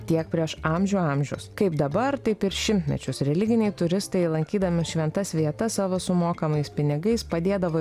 tiek prieš amžių amžius kaip dabar taip ir šimtmečius religiniai turistai lankydami šventas vietas savo sumokamais pinigais padėdavo